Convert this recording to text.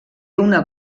una